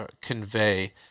convey